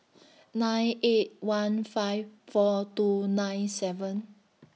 nine eight one five four two nine seven